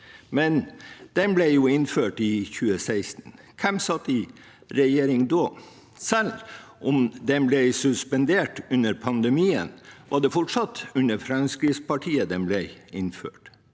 men den ble jo innført i 2016. Hvem satt i regjering da? Selv om den ble suspendert under pandemien, var det fortsatt under Fremskrittspartiet den ble innført.